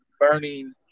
burning